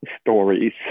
stories